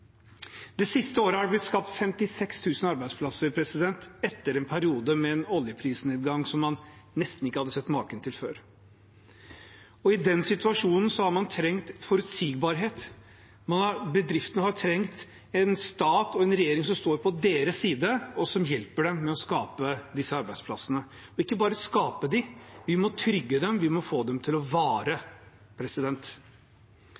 Det siste året har det blitt skapt 56 000 arbeidsplasser, etter en periode med en oljeprisnedgang som man nesten ikke hadde sett maken til før. I den situasjonen har man trengt forutsigbarhet, bedriftene har trengt en stat og en regjering som står på deres side, og som hjelper dem med å skape disse arbeidsplassene, og ikke bare skape dem – vi må trygge dem, vi må få dem til å